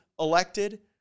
elected